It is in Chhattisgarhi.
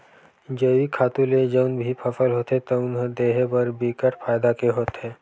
जइविक खातू ले जउन भी फसल होथे तउन ह देहे बर बिकट फायदा के होथे